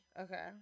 Okay